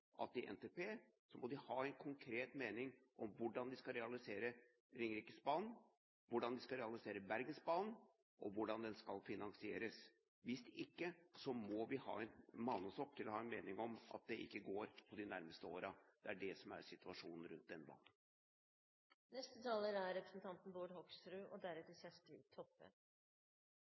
det gjelder NTP, må de ha en konkret mening om hvordan de skal realisere Ringeriksbanen, hvordan de skal realisere Bergensbanen, og hvordan den skal finansieres. Hvis ikke må vi manne oss opp til å ha en mening om at det ikke går de nærmeste årene. Det er det som er situasjonen rundt denne banen. Først kan jeg jo begynne å lure på om representanten